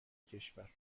کشور